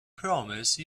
promise